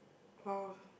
!wow!